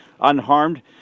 unharmed